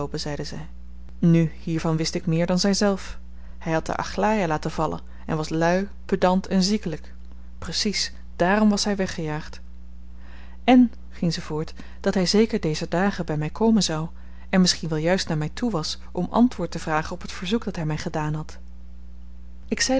nu hiervan wist ik meer dan zyzelf hy had de aglaia laten vallen en was lui pedant en ziekelyk precies dààrom was hy weggejaagd en ging ze voort dat hy zeker dezer dagen by my komen zou en misschien wel juist naar my toe was om antwoord te vragen op t verzoek dat hy my gedaan had ik zei